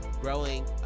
growing